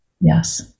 Yes